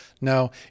No